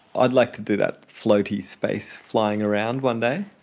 i'd like to do that floaty space flying around one day.